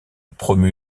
promu